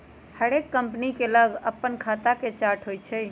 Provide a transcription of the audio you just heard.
हरेक कंपनी के लग अप्पन खता के चार्ट होइ छइ